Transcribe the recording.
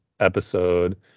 episode